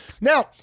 Now